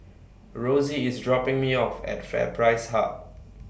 Rosey IS dropping Me off At FairPrice Hub